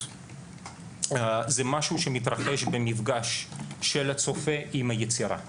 זה משהו שמתרחש במפגש של הצופה עם היצירה.